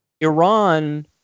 Iran